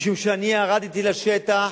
משום שאני ירדתי לשטח,